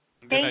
Thank